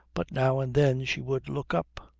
but now and then she would look up.